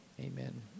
Amen